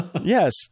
Yes